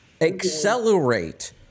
accelerate